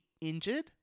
injured